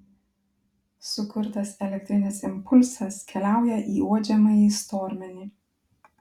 sukurtas elektrinis impulsas keliauja į uodžiamąjį stormenį